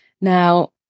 Now